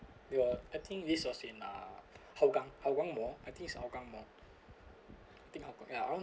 ya I think this was in uh hougang hougang mall I think it's hougang mall I think hougang ya around